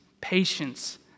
patience